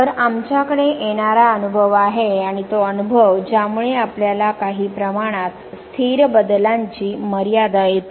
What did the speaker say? तर आमच्याकडे येणारा अनुभव आहे आणि तो अनुभव ज्यामुळे आपल्याला काही प्रमाणात स्थिर बदलांची मर्यादा येते